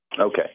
Okay